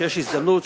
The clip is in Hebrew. כשיש הזדמנות,